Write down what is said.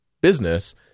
business